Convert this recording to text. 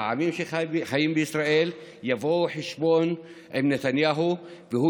העמים שחיים בישראל יבואו חשבון עם נתניהו והוא